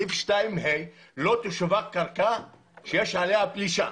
סעיף 2ה: "לא תשווק קרקע שיש עליה פלישה".